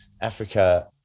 Africa